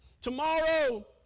tomorrow